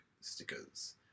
stickers